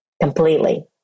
completely